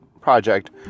project